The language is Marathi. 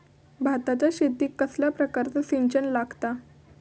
भाताच्या शेतीक कसल्या प्रकारचा सिंचन लागता?